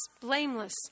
blameless